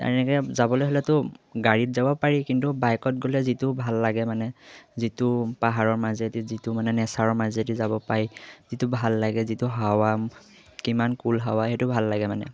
তেনেকে যাবলৈ হ'লেতো গাড়ীত যাব পাৰি কিন্তু বাইকত গ'লে যিটো ভাল লাগে মানে যিটো পাহাৰৰ মাজেদি যিটো মানে নেচাৰৰ মাজেদি যাব পাৰি যিটো ভাল লাগে যিটো হাৱা কিমান কুল হাৱা সেইটো ভাল লাগে মানে